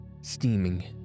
steaming